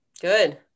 good